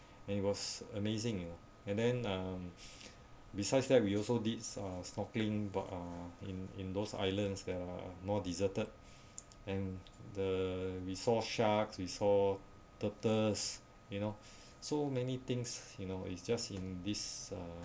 and it was amazing you know and then um besides that we also did uh snorkeling but uh in in those islands that are more deserted and the we saw sharks we saw turtles you know so many things you know it's just in this uh